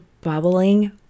bubbling